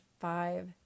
five